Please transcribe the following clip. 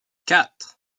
quatre